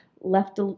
left